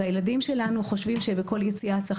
הילדים שלנו חושבים שבכל יציאה צריך